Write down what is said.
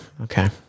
Okay